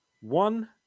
one